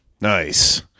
Nice